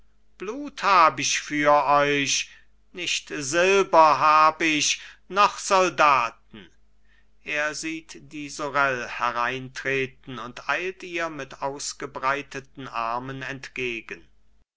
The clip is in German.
blut hab ich für euch nicht silber hab ich noch soldaten er sieht die sorel hereintreten und eilt ihr mit ausgebreiteten armen entgegen